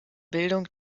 bildung